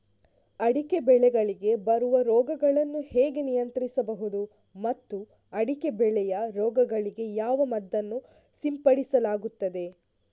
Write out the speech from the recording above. ಅಡಿಕೆ ಬೆಳೆಗಳಿಗೆ ಬರುವ ರೋಗಗಳನ್ನು ಹೇಗೆ ನಿಯಂತ್ರಿಸಬಹುದು ಮತ್ತು ಅಡಿಕೆ ಬೆಳೆಯ ರೋಗಗಳಿಗೆ ಯಾವ ಮದ್ದನ್ನು ಸಿಂಪಡಿಸಲಾಗುತ್ತದೆ?